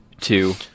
two